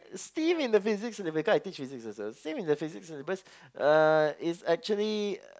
steam in the physics syllabus because I teach physics also steam in the physics syllabus uh is actually